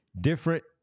different